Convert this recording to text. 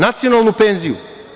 Nacionalnu penziju.